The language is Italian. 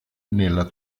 nella